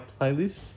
playlist